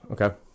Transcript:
Okay